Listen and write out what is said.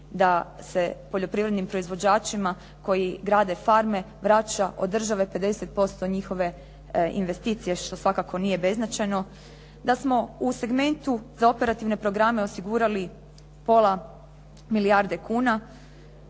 da se poljoprivrednim proizvođačima koji grade farme vraća od države 50% njihove investicije, što svakako nije beznačajno, da smo u segmentu za operativne programe osigurali pola milijarde kuna.